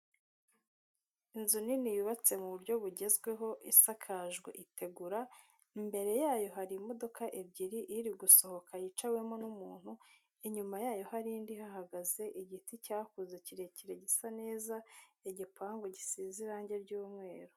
Inzu nini yubatse mu buryo bugezweho isakajwe itegura imbere yayo hari imodoka ebyiri, iri gusohoka yicawemo n'umuntu inyuma yayo hari indi ihahagaze, igiti cyakuze kirekire gisa neza, igipangu gisize irangi ry'umweru.